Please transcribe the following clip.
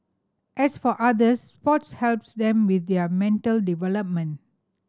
as for others sports helps them with their mental development